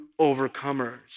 overcomers